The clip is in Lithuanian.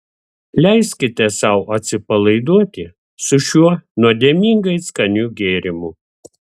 leiskite sau atsipalaiduoti su šiuo nuodėmingai skaniu gėrimu